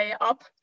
up